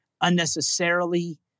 unnecessarily